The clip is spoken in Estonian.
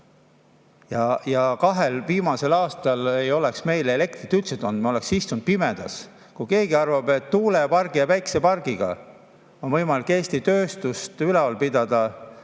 ja kahel viimasel aastal ei oleks meil elektrit üldse olnud, me oleksime istunud pimedas. Kui keegi arvab, et tuulepargi ja päiksepargiga on võimalik Eestis tööstust ülal pidada